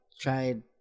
tried